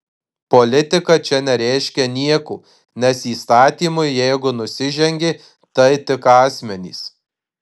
politika čia nereiškia nieko nes įstatymui jeigu nusižengė tai tik asmenys